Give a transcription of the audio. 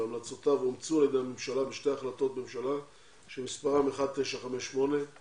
המלצותיו אומצו על ידי הממשלה בשתי החלטות ממשלה שמספרן 1958 מה-16